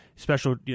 Special